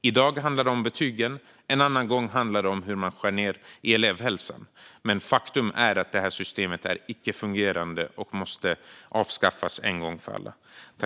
I dag handlar det om betygen och en annan gång om hur man skär ned på elevhälsan, men faktum är att detta system är icke-fungerande och måste avskaffas en gång för alla.